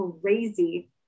crazy